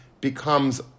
becomes